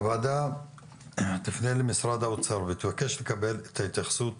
הוועדה תפנה למשרד האוצר ותבקש לקבל את ההתייחסות